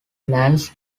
lance